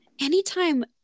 anytime